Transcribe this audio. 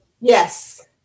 Yes